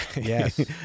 Yes